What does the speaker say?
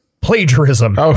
plagiarism